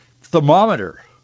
thermometer